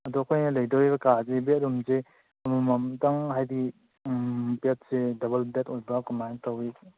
ꯑꯗꯣ ꯑꯩꯈꯣꯏꯅ ꯂꯩꯗꯣꯔꯤꯕ ꯀꯥꯁꯤꯒꯤ ꯔꯨꯝꯁꯦ ꯑꯃꯃꯝꯇꯪ ꯍꯥꯏꯗꯤ ꯕꯦꯗꯁꯦ ꯗꯕꯜ ꯕꯦꯗ ꯑꯣꯏꯕ꯭ꯔ ꯀꯃꯥꯏ ꯇꯧꯏ